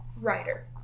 writer